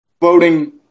voting